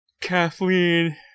Kathleen